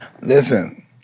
Listen